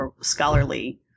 scholarly